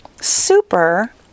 super